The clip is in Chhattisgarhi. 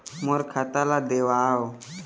मोर खाता ला देवाव?